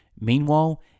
Meanwhile